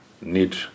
need